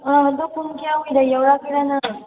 ꯑꯥ ꯑꯗꯨ ꯄꯨꯡ ꯀꯌꯥꯗ ꯌꯧꯔꯛꯀꯦꯔꯥ ꯅꯪ